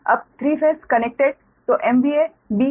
अब 3 single phase connected